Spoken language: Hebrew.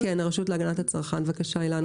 בבקשה.